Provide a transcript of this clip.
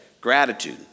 Gratitude